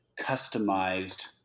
customized